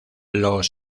los